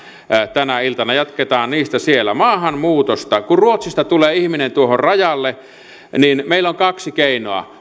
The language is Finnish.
tänä iltana jatketaan niistä siellä maahanmuutosta kun ruotsista tulee ihminen tuohon rajalle niin meillä on kaksi keinoa